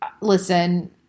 listen